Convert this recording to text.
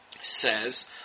says